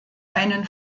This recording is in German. einen